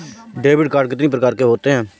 Debit card कितनी प्रकार के होते हैं?